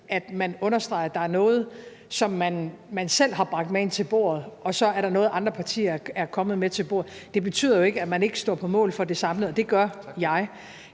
at man understreger, at der er noget, som man selv har bragt med ind til bordet, og så er der noget, andre partier er kommet til bordet med. Det betyder jo ikke, at man ikke står på mål for det samlede. Det gør jeg.